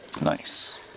Nice